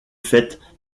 fêtes